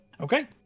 Okay